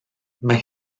mae